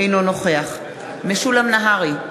אינו נוכח משולם נהרי,